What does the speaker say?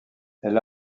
elle